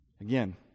Again